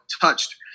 touched